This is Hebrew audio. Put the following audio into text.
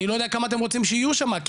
אני לא יודע כמה אתם רוצים שיהיו שמה כי